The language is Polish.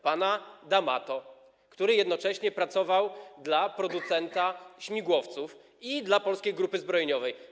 Pana D’Amato, który jednocześnie pracował dla producenta śmigłowców i dla Polskiej Grupy Zbrojeniowej.